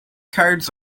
cards